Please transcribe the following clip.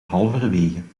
halverwege